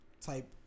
type